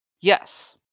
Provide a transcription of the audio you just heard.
Yes